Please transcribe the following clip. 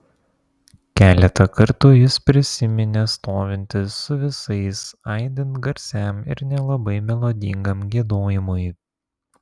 keletą kartų jis prisiminė stovintis su visais aidint garsiam ir nelabai melodingam giedojimui